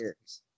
years